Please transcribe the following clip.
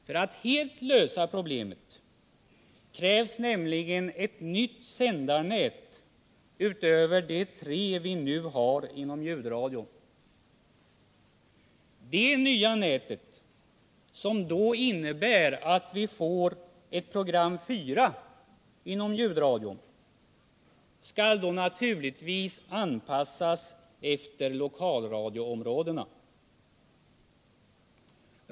För att helt lösa problemet krävs nämligen ett nytt sändarnät utöver de tre vi nu har inom ljudradion. Det nya nätet, som medför att vi får ett program 4 inom ljudradion, skall då naturligtvis anpassas efter lokalradioområdena.